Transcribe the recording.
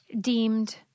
deemed